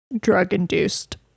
drug-induced